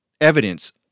Evidence